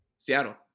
Seattle